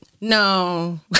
no